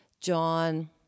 John